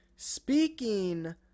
Speaking